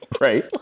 Right